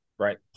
Right